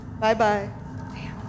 Bye-bye